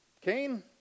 Cain